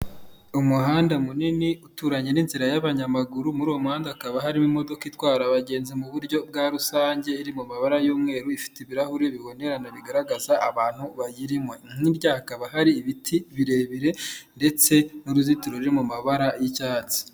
Umuhanda munini uturanye n'inzira y'abanyamaguru, muri uwo muhanda hakaba harimo imodoka itwara abagenzi mu buryo bwa rusange iri mu mabara y'umweru, ifite ibirahuri bibonerana bigaragaza abantu bayirimo, hirya hakaba hari ibiti birebire ndetse n'uruzitiro ruri mu mabara y'icyatsi.